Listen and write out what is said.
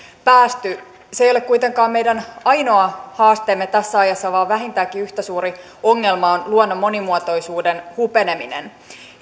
päästy se ei ole kuitenkaan meidän ainoa haasteemme tässä ajassa vaan vähintäänkin yhtä suuri ongelma on luonnon monimuotoisuuden hupeneminen